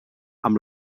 amb